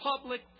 public